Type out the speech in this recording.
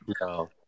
No